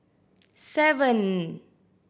seven